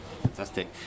Fantastic